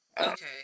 Okay